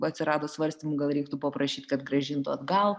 atsirado svarstymų gal reiktų paprašyt kad grąžintų atgal